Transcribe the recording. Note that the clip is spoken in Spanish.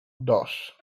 dos